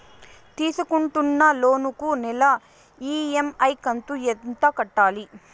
తీసుకుంటున్న లోను కు నెల ఇ.ఎం.ఐ కంతు ఎంత కట్టాలి?